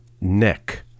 Neck